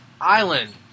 island